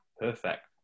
perfect